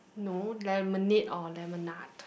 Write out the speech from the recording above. no lemonade or lemonade